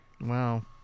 Wow